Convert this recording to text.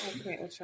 Okay